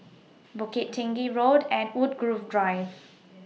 Bukit Tinggi Road and Woodgrove Drive